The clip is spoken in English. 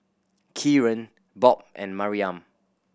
Kieran Bob and Maryam